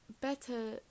better